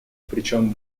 причем